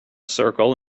circle